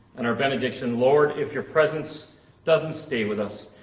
in our benediction, lord, if your presence doesn't stay with us.